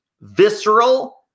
visceral